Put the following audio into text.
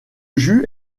jus